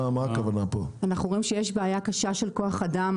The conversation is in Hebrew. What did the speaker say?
אנחנו רואים שיש בעיה קשה של כוח אדם.